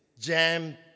jam